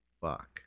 Fuck